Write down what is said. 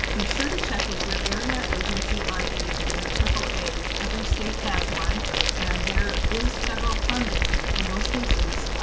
be sure to check with your area agency on aging, your triple a. every state has one and there is federal funding in most cases,